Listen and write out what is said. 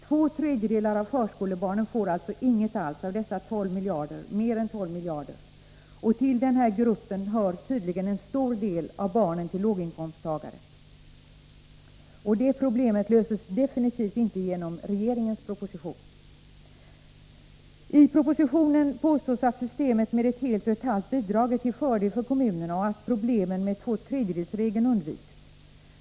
Två tredjedelar av förskolebarnen får alltså inget alls av dessa mer än 12 miljarder kronor, och till denna grupp hör tydligen en stor del av barnen till låginkomsttagare. Detta problem löses definitivt inte genom regeringens proposition. fördel för kommunerna och att problemet med 2/3-regeln undviks.